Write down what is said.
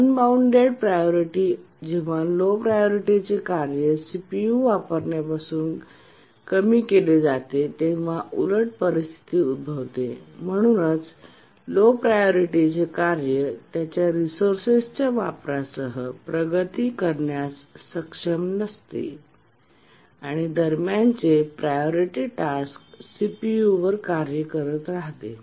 अन bounded priority जेव्हा low प्रायोरिटीचे कार्य सीपीयू वापरण्यापासून कमी केले जाते तेव्हा उलट परिस्थिती उद्भवते आणि म्हणूनच लो प्रायोरिटीचे कार्य त्याच्या रिसोर्सेसच्या वापरासह प्रगती करण्यास सक्षम नसते आणि दरम्यानचे प्रायोरिटी टास्क सीपीयू वर कार्य करत राहते